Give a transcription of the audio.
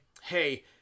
hey